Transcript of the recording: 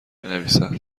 بنویسد